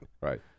right